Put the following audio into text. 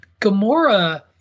gamora